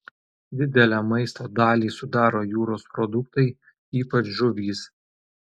didelę maisto dalį sudaro jūros produktai ypač žuvys